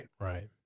Right